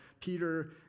Peter